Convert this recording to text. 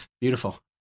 Beautiful